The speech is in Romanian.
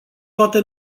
toate